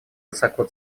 высоко